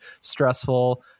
stressful